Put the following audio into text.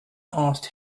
asked